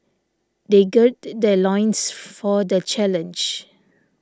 they gird their loins for the challenge